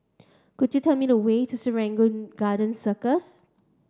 could you tell me the way to Serangoon Garden Circus